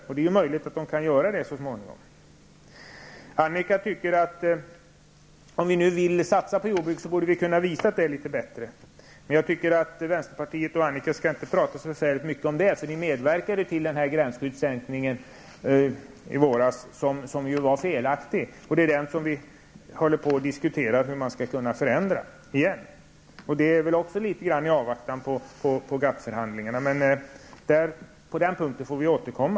Annika Åhnberg tycker att vi kunde ha visat det lite bättre om vi vill satsa på jordbruket. Men jag tycker att vänsterpartiet och Annika Åhnberg inte skall säga så mycket i den saken. Ni medverkade till gränsskyddssänkningen i våras som var felaktig. Vi diskuterar nu hur man skall kunna förändra den igen. Det görs också litet grand i avvaktan på GATT-förhandlingarna. På den punkten får vi återkomma.